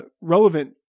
relevant